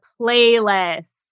playlist